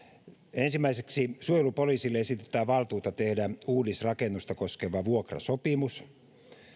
ensimmäiseksi suojelupoliisille esitetään valtuutta tehdä uudisrakennusta koskeva vuokrasopimus